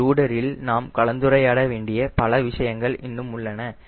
ஒரு ரூடரில் நாம் கலந்துரையாட வேண்டிய பல விஷயங்கள் இன்னும் உள்ளன